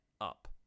up